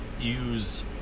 use